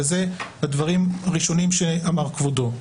ואלו הדברים הראשונים שאמר כבודו.